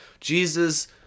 Jesus